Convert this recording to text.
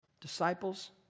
Disciples